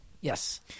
Yes